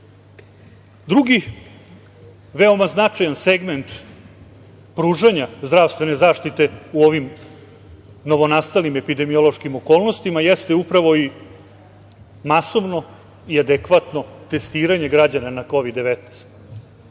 temu. Drugi veoma značajan segment pružanja zdravstvene zaštite u ovim novonastalim epidemiološkim okolnostima jeste upravo i masovno i adekvatno testiranje građana na Kovid 19.